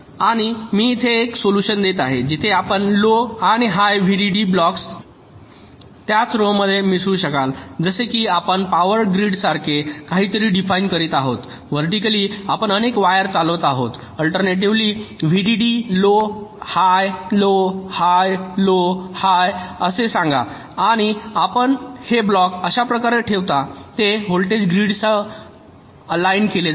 आणि मी येथे एक सोल्यूशन देत आहे जिथे आपण लो आणि हाय व्हीडीडी ब्लॉक्स त्याच रो मध्ये मिसळू शकता जसे की आपण पॉवर ग्रिडसारखे काहीतरी डिफाइन करीत आहोत व्हर्टीकली आपण अनेक वायर चालवित आहोत alternatively VDD low high low high low high असे सांगा आणि आपण हे ब्लॉक अशा प्रकारे ठेवता ते व्होल्टेज ग्रिडसह अलाइन केले जातात